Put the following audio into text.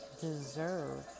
deserve